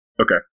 Okay